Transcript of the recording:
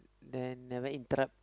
then never interrupt